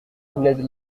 ned